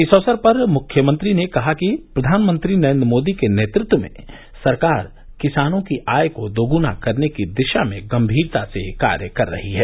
इस अवसर पर मुख्यमंत्री ने कहा कि प्रधानमंत्री नरेन्द्र मोदी के नेतृत्व में सरकार किसानों की आय को दोगुना करने की दिशा में गम्भीरता से कार्य कर रही है